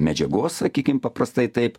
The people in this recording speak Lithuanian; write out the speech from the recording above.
medžiagos sakykim paprastai taip